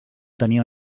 tenia